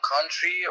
country